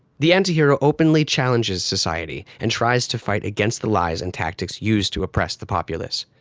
the anti-hero openly challenges society, and tries to fight against the lies and tactics used to oppress the populace.